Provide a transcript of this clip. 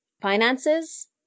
finances